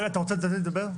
אתה רוצה לתת לי לדבר?